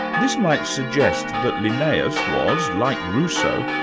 this might suggest that linnaeus was, like rousseau,